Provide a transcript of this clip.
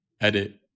edit